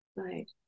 right